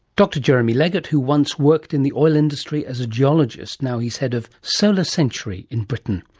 dr jeremy leggett, who once worked in the oil industry as a geologist, now he is head of solarcentury in britain.